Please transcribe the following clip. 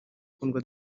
kundwa